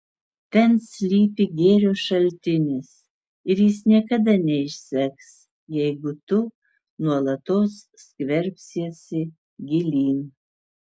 ten slypi gėrio šaltinis ir jis niekada neišseks jeigu tu nuolatos skverbsiesi gilyn